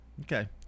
Okay